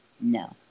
No